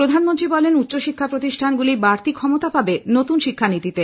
প্রধানমন্ত্রী বলেন উচ্চশিক্ষা প্রতিষ্ঠানগুলি বাড়তি ক্ষমতা পাবে নতুন শিক্ষানীতিতে